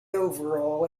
overall